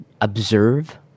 observe